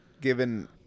given